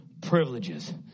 privileges